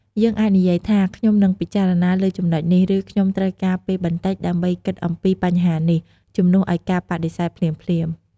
យើងអាចនិយាយថា "ខ្ញុំនឹងពិចារណាលើចំណុចនេះ" ឬ "ខ្ញុំត្រូវការពេលបន្តិចដើម្បីគិតអំពីបញ្ហានេះ" ជំនួសឲ្យការបដិសេធភ្លាមៗ។